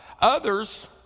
Others